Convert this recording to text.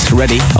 ready